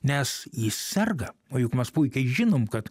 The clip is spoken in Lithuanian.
nes jis serga o juk mes puikiai žinom kad